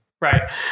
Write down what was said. Right